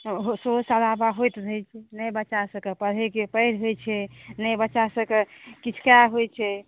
शोर शराबा होयत रहैत छै नहि बच्चा सबकेँ पढ़ि होयत छै नहि बच्चा सबकेँ किछु कए होयत छै